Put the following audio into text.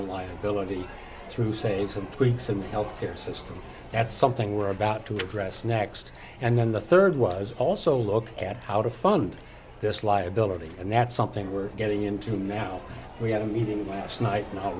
the liability through say some tweaks in the healthcare system that's something we're about to address next and then the third was also look at how to fund this liability and that's something we're getting into now we had a meeting last night and i'll